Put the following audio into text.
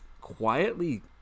quietly